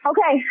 Okay